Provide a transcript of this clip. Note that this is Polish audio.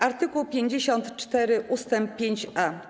Art. 54 ust. 5a.